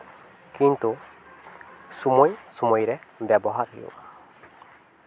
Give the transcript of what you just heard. ᱠᱤᱱᱛᱩ ᱥᱚᱢᱚᱭ ᱥᱚᱢᱚᱭ ᱨᱮ ᱵᱮᱵᱚᱦᱟᱨ ᱦᱩᱭᱩᱜᱼᱟ